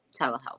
telehealth